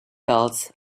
gulls